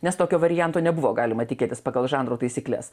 nes tokio varianto nebuvo galima tikėtis pagal žanro taisykles